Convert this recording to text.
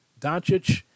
Doncic